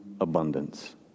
abundance